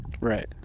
Right